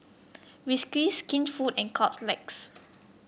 Whiskas Skinfood and Caltex